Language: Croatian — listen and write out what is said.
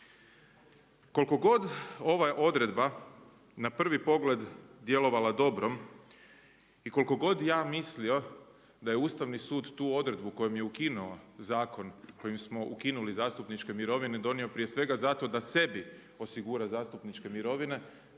Koliko god ova odredba na prvi pogled djelovala dobrom i koliko god ja mislio da je Ustavni sud tu odredbu kojom je ukinuo zakon kojim smo ukinuli zastupničke mirovine donio prije svega zato da sebi osigura zastupničke mirovine